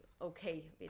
okay